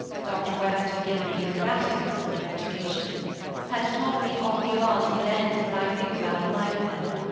dr. west had given me an erratic sort of education had taught me all the odds and ends that i knew about life then.